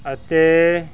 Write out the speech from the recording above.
ਅਤੇ